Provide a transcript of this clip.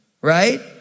right